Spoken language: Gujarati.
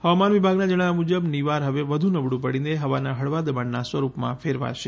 હવામાન વિભાગનાં જણાવ્યા મુજબ નિવાર હવે વધુ નબળું પડીને હવાના હળવા દબાણનાં સ્વરૂપમાં ફેરવાશે